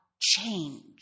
change